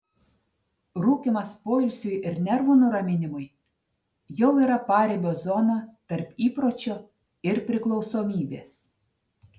rūkymas poilsiui ir nervų nuraminimui jau yra paribio zona tarp įpročio ir priklausomybės